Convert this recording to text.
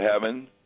heaven